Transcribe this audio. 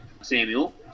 Samuel